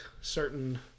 certain